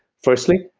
firstly.